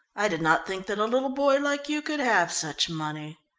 i did not think that a little boy like you could have such money.